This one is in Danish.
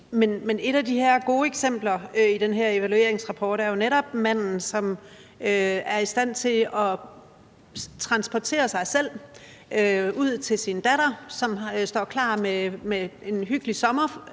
et af de her gode eksempler i den her evalueringsrapport er jo netop manden, som er i stand til at transportere sig selv ud til sin datter, der står klar med en hyggelig sommermiddag